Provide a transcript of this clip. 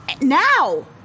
Now